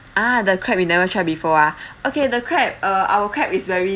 ah the crab you never tried before ah okay the crab uh our crab is very